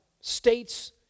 states